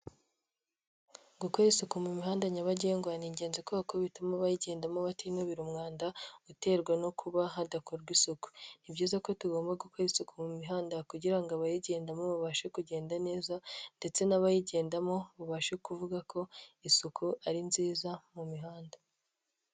Gukora isuku mu mihanda nyabagendwa ni ingenzi kubera kuko bituma abayigendamo batinubira umwanda uterwa no kuba hadakorwa isuku; ni byiza ko tugomba gukora isuku mu mihanda kugira ngo abayigendamo babashe kugenda neza ndetse n'abayigendamo babashe kuvuga ko isuku ari nziza mu mihanda.